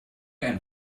einen